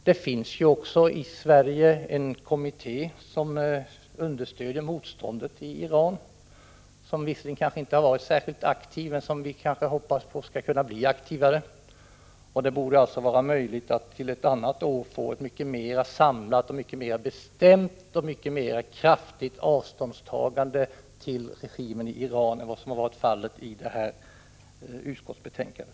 Det finns ju också i Sverige en kommitté som understöder motståndet i Iran. Den har visserligen kanske inte varit särskilt aktiv, men vi hoppas att den skall kunna bli aktivare. Det borde alltså vara möjligt att till ett annat år få ett mycket mera samlat, bestämt och kraftigt avståndstagande från regimen i Iran än som har varit fallet i detta utskottsbetänkande.